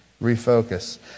refocus